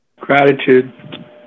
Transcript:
Gratitude